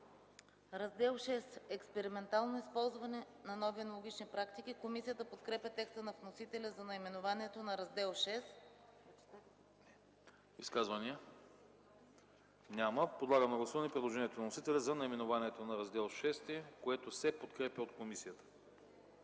„Раздел VІ – Експериментално използване на нови енологични практики”. Комисията подкрепя текста на вносителя за наименованието на Раздел VІ. ПРЕДСЕДАТЕЛ АНАСТАС АНАСТАСОВ: Изказвания? Няма. Подлагам на гласуване предложението на вносителя за наименованието на Раздел VІ, което се подкрепя от комисията.